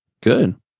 Good